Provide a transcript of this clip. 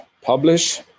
publish